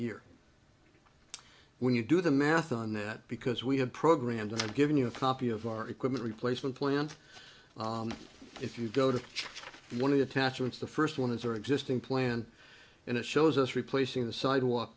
year when you do the math on that because we have programmed and given you a copy of our equipment replacement plant if you go to one of the attachments the first one is our existing plan and it shows us replacing the sidewalk